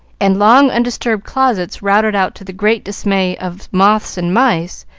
and long-undisturbed closets routed out to the great dismay of moths and mice,